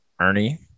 ernie